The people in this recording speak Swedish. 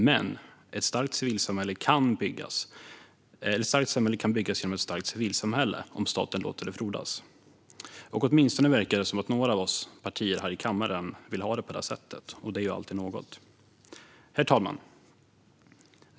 Men ett starkt samhälle kan byggas genom ett starkt civilsamhälle, om staten låter det frodas. Åtminstone verkar det som att några partier här i kammaren vill ha det så. Det är ju alltid något. Herr talman!